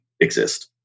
exist